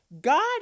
God